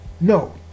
no